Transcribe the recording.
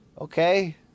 Okay